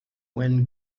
when